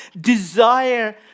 desire